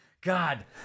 God